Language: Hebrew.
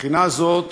מבחינה זאת